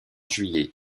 juillet